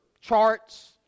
charts